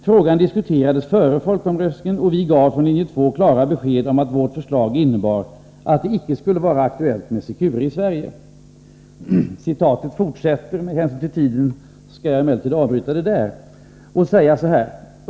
Frågan diskuterades före folkomröstningen, och vi gav från Linje 2 klara besked om att vårt förslag innebar att det icke skulle vara aktuellt med Secure i Sverige!” Citatet fortsätter, men av tidsskäl skall jag avbryta det där.